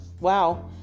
Wow